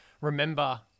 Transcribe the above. remember